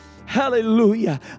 Hallelujah